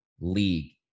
league